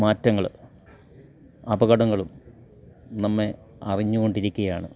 മാറ്റങ്ങള് അപകടങ്ങളും നമ്മെ അറിഞ്ഞുകൊണ്ടിരിക്കയാണ്